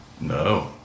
No